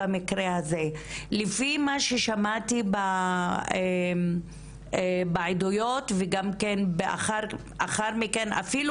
לפי מה ששמעתי בעדויות וגם לאחר מכן אפילו